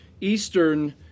Eastern